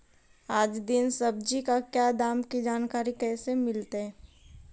आज दीन सब्जी का क्या दाम की जानकारी कैसे मीलतय?